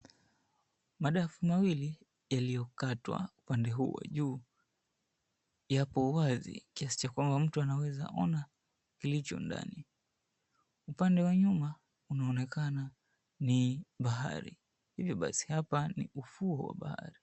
Madafu mawili yaliyokatwa upande huu wa juu yapo wazi kiasi yakwamba mtu anaweza ona kilicho ndani. Upande wa nyuma unaonekana ni baharini hivyo basi hapa ni ufuo wa bahari.